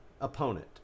opponent